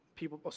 people